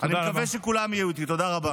אני מקווה שכולם יהיו איתי, תודה רבה.